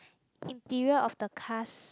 interior of the cars